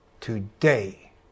Today